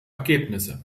ergebnisse